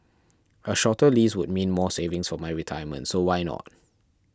a shorter lease would mean more savings for my retirement so why not